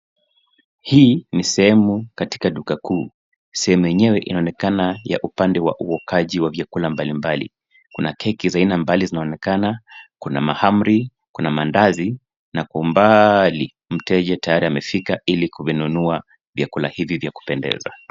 Hii ni sehemu katika duka kuu, sehemu enyewe inaonekana upande wa uokaji vya vyakula mbali mbali. Kuna keki za aina mbali mbali zinaonekana, kuna mahamri kuna mandazi na umbali mteja tayari amefika ilikuvinunua vyakula hivi vya kupendeza.